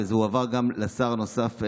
וזה הועבר גם לשר הנוסף,